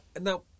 Now